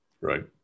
right